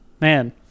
Man